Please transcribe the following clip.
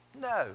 No